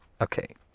okay